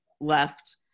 left